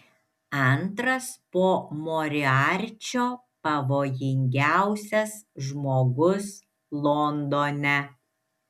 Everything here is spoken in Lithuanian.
antras po moriarčio pavojingiausias žmogus londone